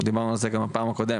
אנחנו דיברנו על זה גם בפעם הקודמת.